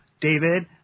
David